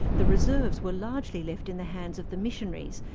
the reserves were largely left in the hands of the missionaries,